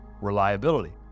reliability